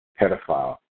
pedophile